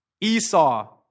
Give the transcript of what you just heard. Esau